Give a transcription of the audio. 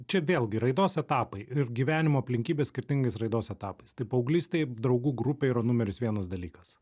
čia vėlgi raidos etapai ir gyvenimo aplinkybės skirtingais raidos etapais tai paauglys taip draugų grupė yra numeris vienas dalykas